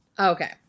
okay